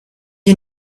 you